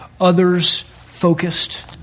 others-focused